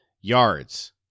Yards